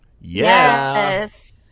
Yes